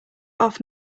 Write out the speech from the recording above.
off